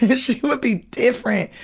she would be different.